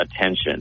attention